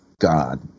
God